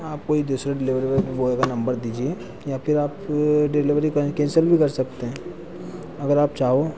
आप कोई दुसरे डिलेवरी बॉय का नम्बर दीजिए या फिर आप डिलेवरी का केंसल भी कर सकते हैं अगर आप चाहो